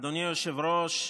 אדוני היושב-ראש,